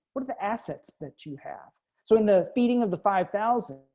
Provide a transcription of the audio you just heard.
what are the assets that you have seen the feeding of the five thousand.